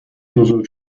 بزرگ